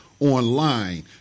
online